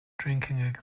drinking